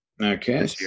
Okay